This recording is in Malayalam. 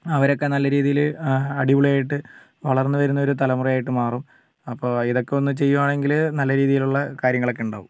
അവരൊക്കെ നല്ല രീതിയിൽ അടിപൊളിയായിട്ട് വളർന്നു വരുന്ന ഒരു തലമുറയായിട്ട് മാറും അപ്പോൾ ഇതൊക്കെ ഒന്ന് ചെയ്യുക ആണെങ്കിൽ നല്ല രീതിയിലുള്ള കാര്യങ്ങളൊക്കെ ഉണ്ടാകും